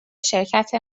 شرکت